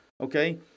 okay